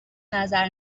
نظر